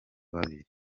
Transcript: babiri